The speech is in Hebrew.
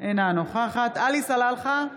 אינה נוכחת עלי סלאלחה,